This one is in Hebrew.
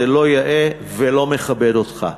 זה לא יאה ולא מכבד אותך.